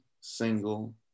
single